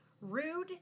rude